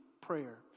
prayer